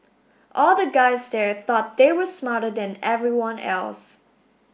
all the guys there thought they were smarter than everyone else